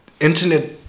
internet